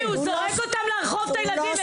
הוא לא -- דבי הוא זורק אותם לרחוב את הילדים,